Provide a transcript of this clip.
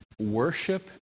Worship